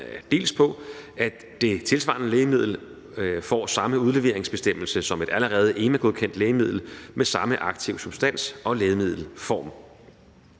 dels på, at det tilsvarende lægemiddel får samme udleveringsbestemmelse som et allerede EMA-godkendt lægemiddel med samme aktive substans og lægemiddelform.